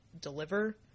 deliver